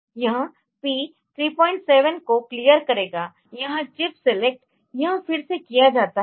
यह P 37 को clear करेगायह चिप सीलेक्ट यह फिर से किया जाता है